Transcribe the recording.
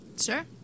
Sure